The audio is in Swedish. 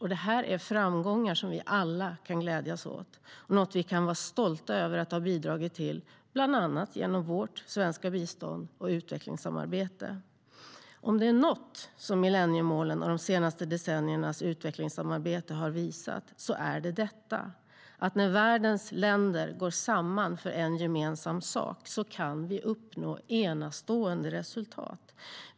Det här är framgångar vi alla kan glädjas åt och vara stolta över att ha bidragit till, bland annat genom vårt svenska bistånd och utvecklingssamarbete. Om det är något som millenniemålen och de senaste decenniernas utvecklingssamarbete har visat är det detta: När världens länder går samman för en gemensam sak kan vi uppnå enastående resultat.